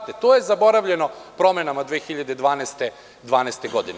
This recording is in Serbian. To je zaboravljeno promenama 2012. godine.